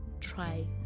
try